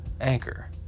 Anchor